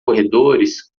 corredores